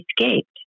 escaped